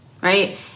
right